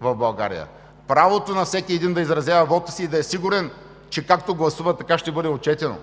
в България, правото на всеки един да изразява вота си и да е сигурен, че както гласува, така ще бъде отчетено.